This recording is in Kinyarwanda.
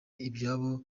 ibyabo